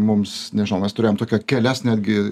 mums nežinau mes turėjom tokią kelias netgi